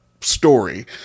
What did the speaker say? story